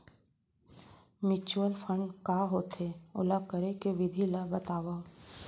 mutual fund का होथे, ओला करे के विधि ला बतावव